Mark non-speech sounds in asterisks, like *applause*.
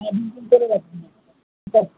হ্যাঁ *unintelligible* করে রাখুন *unintelligible*